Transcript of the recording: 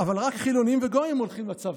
אבל רק חילונים וגויים הולכים לצבא.